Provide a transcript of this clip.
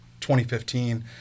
2015